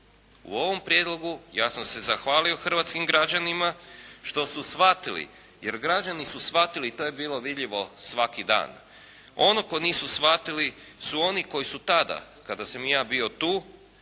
U ovom prijedlogu ja sam se zahvalio hrvatskim građanima što su shvatili, jer građani su shvatili, to je bilo vidljivo svaki dan. Oni koji nisu shvatili su oni koji su tada, kada sam ja bio tu